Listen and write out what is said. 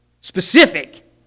specific